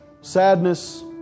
sadness